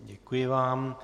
Děkuji vám.